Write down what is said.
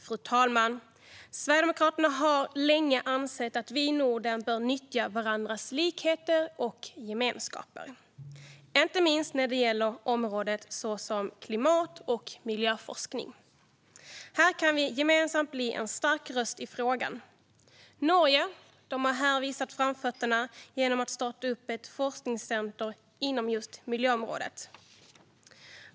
Fru talman! Sverigedemokraterna har länge ansett att vi i Norden bör nyttja varandras likheter och gemenskaper, inte minst när det gäller områden som klimat och miljöforskning. Här kan vi gemensamt bli en stark röst i frågan. Norge har visat framfötterna här genom att starta upp ett forskningscenter inom just miljöområdet.